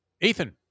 Ethan